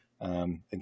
again